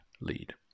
lead